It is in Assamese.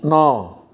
ন